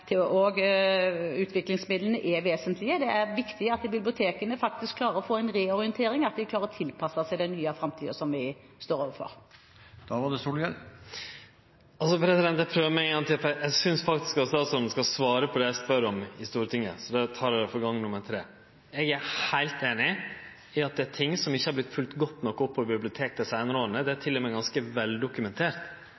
bibliotekene. Utviklingsmidlene er vesentlige. Det er viktig at bibliotekene faktisk klarer å få til en reorientering, at de klarer å tilpasse seg den nye framtiden som vi står overfor. Eg prøver meg ein gong til, for eg synest faktisk statsråden skal svare på det eg spør om i Stortinget. Så då tek eg altså replikk nr. 3. Eg er heilt einig i at det er ting som ikkje har vorte følgt godt nok opp når det gjeld bibliotek dei seinare åra. Det er